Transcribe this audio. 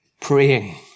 praying